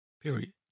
period